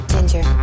Ginger